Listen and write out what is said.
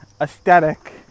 aesthetic